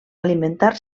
alimentar